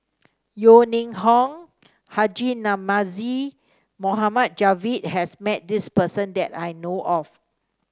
Yeo Ning Hong Haji Namazie Mohd Javad has met this person that I know of